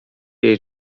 jej